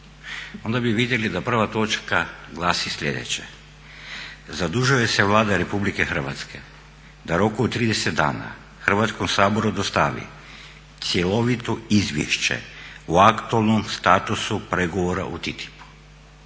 onda bi vidjeli da prva točka glasi sljedeće: "Zadužuje se Vlada Republike Hrvatske da u roku od 30 dana Hrvatskom saboru dostavi cjelovito Izvješće o aktualnom statusu pregovora o TTIP-u